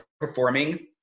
performing